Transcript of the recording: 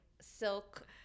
silk